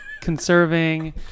conserving